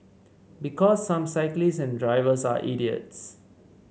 because some cyclists and drivers are idiots